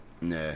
Nah